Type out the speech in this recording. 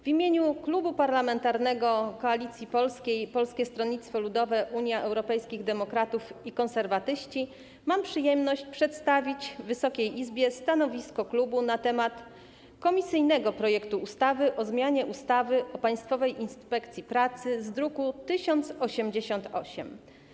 W imieniu Klubu Parlamentarnego Koalicja Polska - Polskie Stronnictwo Ludowe, Unia Europejskich Demokratów, Konserwatyści mam przyjemność przedstawić Wysokiej Izbie stanowisko klubu na temat komisyjnego projektu ustawy o zmianie ustawy o Państwowej Inspekcji Pracy z druku nr 1088.